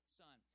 son